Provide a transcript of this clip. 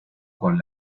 con